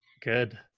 Good